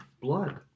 Blood